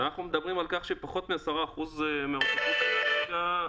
אנחנו יושבים ודנים בוועדת הכלכלה,